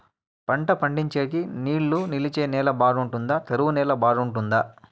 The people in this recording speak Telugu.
పంట పండించేకి నీళ్లు నిలిచే నేల బాగుంటుందా? కరువు నేల బాగుంటుందా?